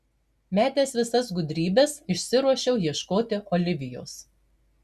metęs visas gudrybes išsiruošiau ieškoti olivijos